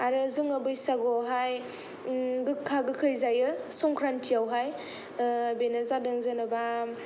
आरो जोङो बैसागुवावहाय गोखा गोखै जायो संक्रान्थियावहाय बेनो जादों जेन'बा